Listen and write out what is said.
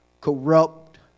corrupt